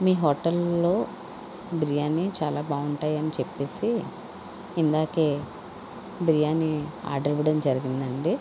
మీ హోటల్లో బిర్యానీ చాలా బాగుంటాయి అని చెప్పేసి ఇందాకే బిర్యానీ ఆర్డర్ ఇవ్వడం జరిగిందండి